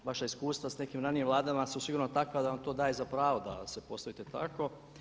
Vaša iskustva s nekim ranije vladama su sigurno takva da vam to daje za pravo da se postavite tako.